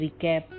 recap